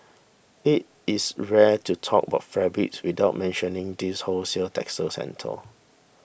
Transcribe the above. it is rare to talk about fabrics without mentioning this wholesale textile centre